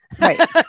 Right